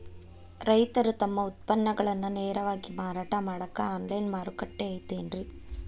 ರೈತರು ತಮ್ಮ ಉತ್ಪನ್ನಗಳನ್ನ ನೇರವಾಗಿ ಮಾರಾಟ ಮಾಡಾಕ ಆನ್ಲೈನ್ ಮಾರುಕಟ್ಟೆ ಐತೇನ್ರಿ?